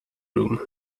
room